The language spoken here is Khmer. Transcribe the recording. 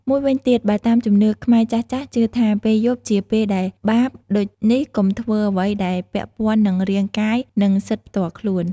មួយវិញទៀត បើតាមជំនឿខ្មែរចាស់ៗជឿថាពេលយប់ជាពេលដែលបាប ដូចនេះកុំធ្វើអ្វីដែលពាក់ព័ន្ធនឹងរាងកាយ និងសិទ្ធិផ្ទាល់ខ្លួន។